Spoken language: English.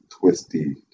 twisty